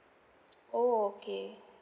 oh okay